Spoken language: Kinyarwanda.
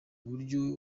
buryo